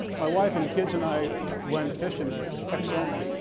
my wife and the kids and i went fishing in texoma,